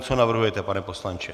Co navrhujete, pane poslanče?